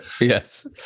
Yes